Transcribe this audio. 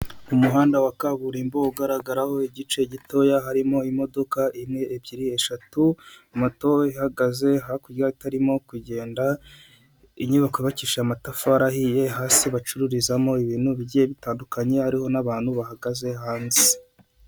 Umuhanda wa kaburimbo ugaragaraho igice gitoya, harimo imodoka imwe, ebyiri, eshatu, moto ihagaze hakurya itarimo kugenda, inyubako yubakishije amatafari ahiye, hasi bacururizamo ibintu bigiye bitandukanye ariho n'abantu bahagaze hanze.